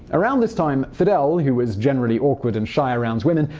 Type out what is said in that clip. around this time fidel, who was generally awkward and shy around women,